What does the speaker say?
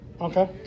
Okay